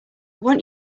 want